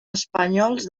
espanyols